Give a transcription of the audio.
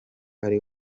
ari